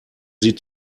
sie